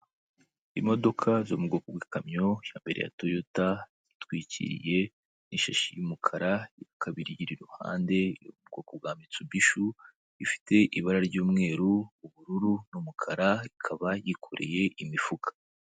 Imodoka zo mu bwoko bw'ikamyo ya mbere ya toyota zitwikiriye ishashi y'umukara kabiri iri iruhande bwoko bwa mitsubishi ifite ibara ry'umweru, ubururu n'umukara ikaba yikoreye imifuka.